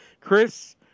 Chris